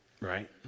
Right